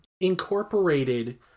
incorporated